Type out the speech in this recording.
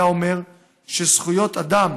היה אומר שזכויות אדם